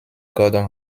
gordon